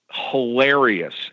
hilarious